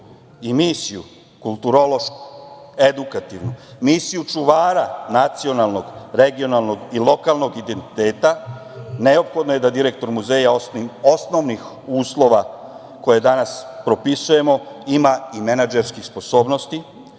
i misiju kulturološku, edukativnu, misiju čuvara nacionalnog, regionalnog i lokalnog identiteta, neophodno je da direktor muzeja osnovnih uslova koje danas propisujemo ima i menadžerskih sposobnosti